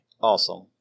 Awesome